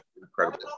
incredible